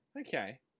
okay